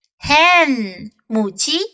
Hen,母鸡